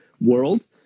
world